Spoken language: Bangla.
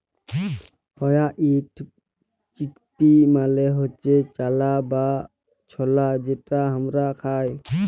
হয়াইট চিকপি মালে হচ্যে চালা বা ছলা যেটা হামরা খাই